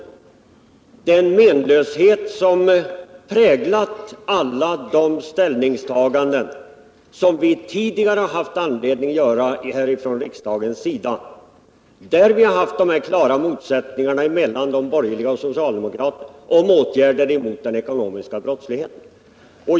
Det är en menlöshet som präglat alla de ställningstaganden som riksdagen tidigare gjort, där vi haft dessa klara motsättningar mellan de borgerliga och socialdemokraterna om åtgärder mot den ekonomiska brottsligheten.